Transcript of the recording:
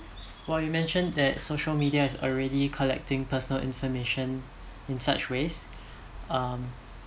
while you mentioned that social media is already collecting personal information in such ways um